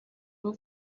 rwo